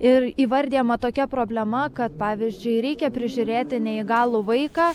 ir įvardijama tokia problema kad pavyzdžiui reikia prižiūrėti neįgalų vaiką